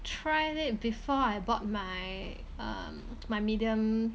tried it before I bought my um my medium